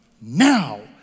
Now